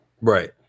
Right